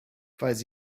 falls